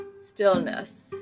Stillness